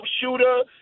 shooter